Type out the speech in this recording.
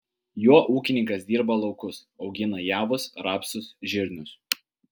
juo ūkininkas dirba laukus augina javus rapsus žirnius